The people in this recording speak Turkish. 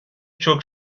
çok